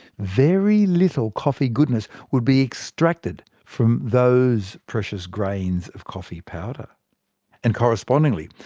very little coffee goodness would be extracted from those precious grains of coffee powder and correspondingly,